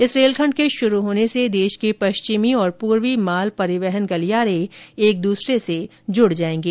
इस रेल खंड के शुरू हो जाने से देश के पश्चिमी और पूर्वी माल परिवहन गलियारे एक दूसरे से जुड जाएंगे